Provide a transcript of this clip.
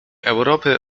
europy